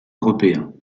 européen